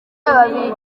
ababiligi